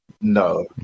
No